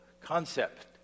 concept